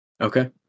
Okay